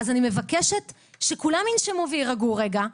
אז אני מבקשת שכולם ינשמו ויירגעו רגע.